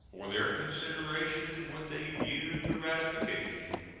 for their consideration with a view to ratification,